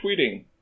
tweeting